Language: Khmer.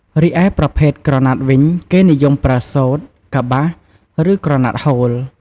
រីឯប្រភេទក្រណាត់វិញគេនិយមប្រើសូត្រ កប្បាស ឬក្រណាត់ហូល ។